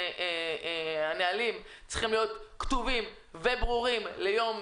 הנהלים צריכים להיות כתובים וברורים תוך שבוע ליום